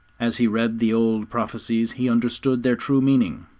as he read the old prophesies he understood their true meaning,